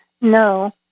No